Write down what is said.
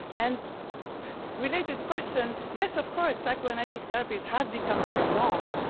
and related question, yes, of course, psychoanalytic therapies have become very long.